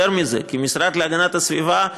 יותר מזה, כמשרד להגנת הסביבה,